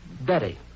Betty